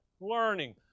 Learning